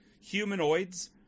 humanoids